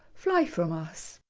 fly from us.